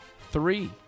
three